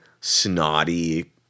snotty